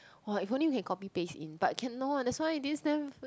!wah! if only we can copy paste in but cannot that's why this